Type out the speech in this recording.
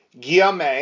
Guillaume